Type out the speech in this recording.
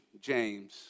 James